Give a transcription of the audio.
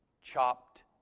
...chopped